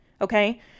Okay